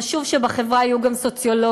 חשוב שבחברה יהיו גם סוציולוגים,